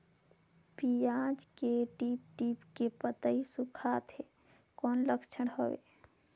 पियाज के टीप टीप के पतई सुखात हे कौन लक्षण हवे?